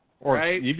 right